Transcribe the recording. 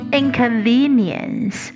inconvenience